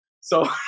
so-